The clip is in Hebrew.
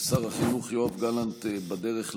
ושר החינוך יואב גלנט בדרך לכאן,